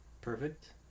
Perfect